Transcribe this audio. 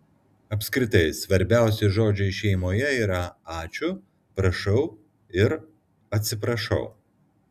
apskritai svarbiausi žodžiai šeimoje yra ačiū prašau ir atsiprašau